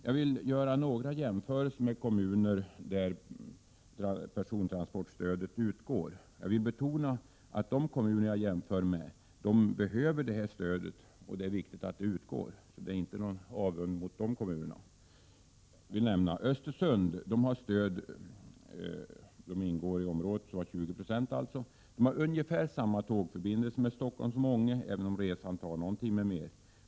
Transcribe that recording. Jag vill göra några jämförelser med kommuner där persontransportstöd utgår. Men jag vill betona att de kommuner jag jämför med mycket väl behöver stödet, så det är inte fråga om någon avund mot dessa kommuner. Östersund, som har 20 procents stöd, har ungefär samma tågförbindelser med Stockholm som Ånge, även om resan tar någon timme mer.